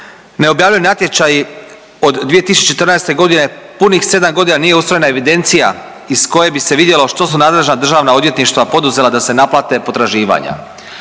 ne objavljuju natječaji od 2014.g., punih 7.g. nije ustrojena evidencija iz koje bi se vidjelo što su nadležna Državna odvjetništva poduzela da se naplate potraživanja.